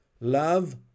Love